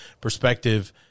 perspective